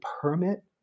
permit